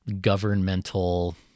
governmental